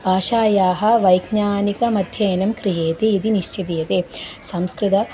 भाषायाः वैज्ञानिकमध्ययनं क्रियते इति निश्चयीक्रियते संस्कृतम्